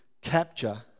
capture